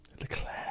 Leclerc